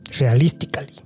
realistically